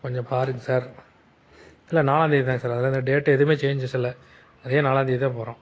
கொஞ்சம் பாருங்க சார் இல்லை நாலாம் தேதி தான் சார் அதெலலாம் இந்த டேட்டே எதுவுமே ஜேன்ஐஸ் இல்லை அதே நாலாம் தேதி தான் போகிறோம்